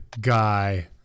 guy